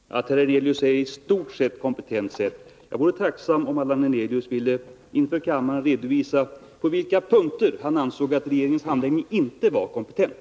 Herr talman! Vi kan konstatera att herr Hernelius använder formuleringen ”på ett i stort sett kompetent sätt”. Jag vore tacksam om Allan Hernelius inför kammaren ville redovisa på vilka punkter han ansåg att regeringens handläggning inte var kompetent.